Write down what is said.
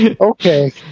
Okay